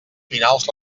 finals